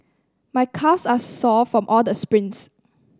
my calves are sore from all the sprints